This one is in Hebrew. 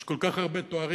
יש כל כך הרבה תארים,